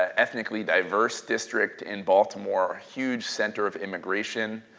ah ethnically diverse district in baltimore, huge center of immigration.